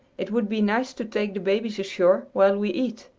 it would be nice to take the babies ashore while we eat,